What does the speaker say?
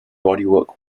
bodywork